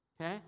okay